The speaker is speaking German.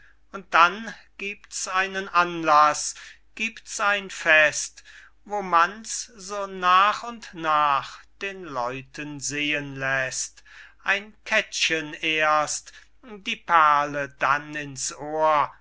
und dann gibt's einen anlaß gibt's ein fest wo man's so nach und nach den leuten sehen läßt ein kettchen erst die perle dann in's ohr